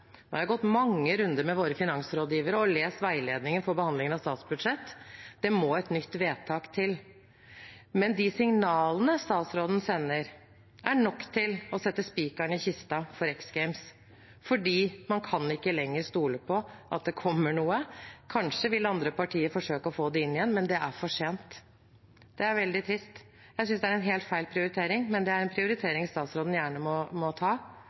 Jeg har gått mange runder med våre finansrådgivere og lest veiledningen for behandlingen av statsbudsjett – det må et nytt vedtak til. Men de signalene statsråden sender, er nok til å sette spikeren i kista for X Games, for man kan ikke lenger stole på at det kommer noe. Kanskje vil andre partier forsøke å få det inn igjen, men det er for sent. Det er veldig trist. Jeg synes det er helt feil prioritering, men det er en prioritering statsråden gjerne må ta.